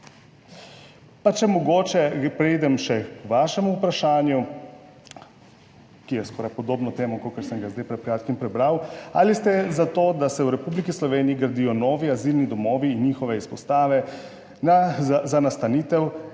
preidem še k vašemu vprašanju, ki je skoraj podobno temu, kakor sem ga zdaj pred kratkim prebral: Ali ste za to, da se v Republiki Sloveniji gradijo novi azilni domovi in njihove izpostave za nastanitev